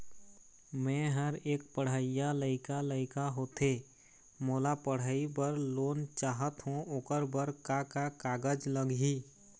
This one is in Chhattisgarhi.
मेहर एक पढ़इया लइका लइका होथे मोला पढ़ई बर लोन चाहथों ओकर बर का का कागज लगही?